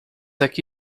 aqui